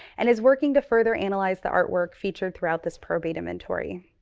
and is working to further analyze the artwork featured throughout this probate inventory.